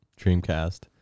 Dreamcast